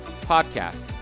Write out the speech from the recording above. podcast